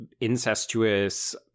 Incestuous